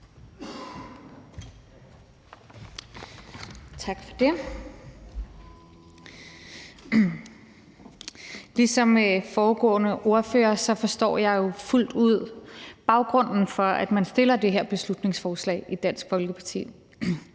Tak for det. Ligesom foregående ordførere forstår jeg fuldt ud baggrunden for, at man har fremsat det her beslutningsforslag i Dansk Folkeparti.